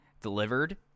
delivered